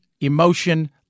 emotion